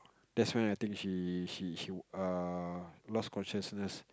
that's when I think she she she err lost consciousness